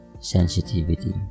sensitivity